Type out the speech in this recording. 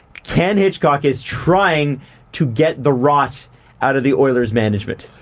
ken hitchcock is trying to get the rot out of the oilers' management.